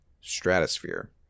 Stratosphere